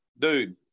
Dude